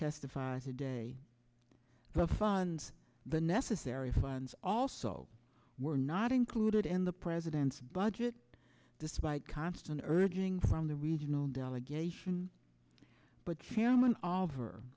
testified today the funds the necessary funds also were not included in the president's budget despite constant urging from the regional delegation but